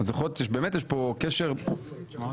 באמת יש פה קשר הדוק.